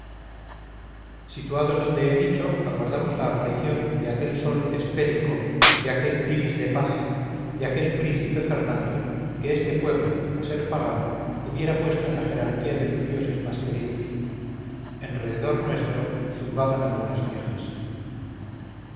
situados donde he dicho aguardamos la apariciónde aquel sol hespérico de aquel iris de paz de aquel príncipe fernando que este pueblo a ser pagano hubiera puesto en la jerarquía de sus dioses más queridos en rededor nuestro zumbaban algunas viejas